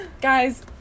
Guys